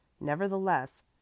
Nevertheless